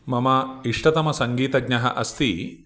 मम इष्टतमसङ्गीतज्ञः अस्ति